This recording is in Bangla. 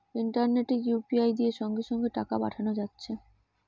ইন্টারনেটে ইউ.পি.আই দিয়ে সঙ্গে সঙ্গে টাকা পাঠানা যাচ্ছে